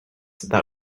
that